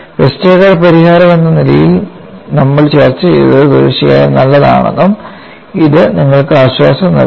Westergaard പരിഹാരമെന്ന നിലയിൽ നമ്മൾ ചർച്ച ചെയ്യുന്നത് തീർച്ചയായും നല്ലതാണെന്നതും ഇത് നിങ്ങൾക്ക് ആശ്വാസം നൽകുന്നു